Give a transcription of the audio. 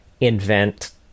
invent